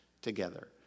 together